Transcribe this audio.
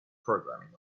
programming